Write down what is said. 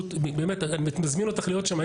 אני מזמין אותך להיות שם.